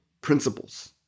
principles